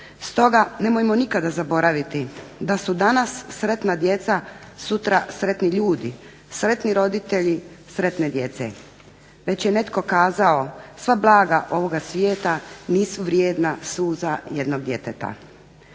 Stoga, nemojmo nikada zaboraviti da su danas sretna djeca, sutra sretni ljudi, sretni roditelji sretne djece. Već je netko kazao sva blaga ovoga svijeta nisu vrijedna suza jednog djeteta.